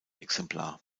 exemplar